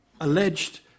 alleged